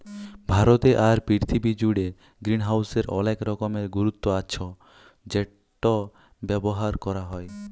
ভারতে আর পীরথিবী জুড়ে গ্রিনহাউসের অলেক রকমের গুরুত্ব আচ্ছ সেটা ব্যবহার ক্যরা হ্যয়